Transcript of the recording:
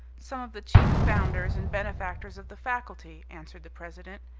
some of the chief founders and benefactors of the faculty, answered the president,